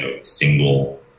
single